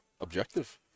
objective